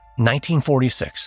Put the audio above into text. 1946